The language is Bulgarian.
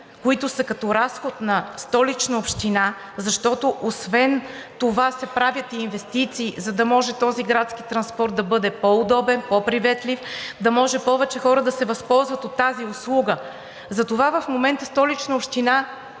които са като разход на Столична община, защото освен това се правят инвестиции, за да може този градски транспорт да бъде по-удобен, по-приветлив, да може повече хора да се възползват от тази услуга, затова в момента Столичната община,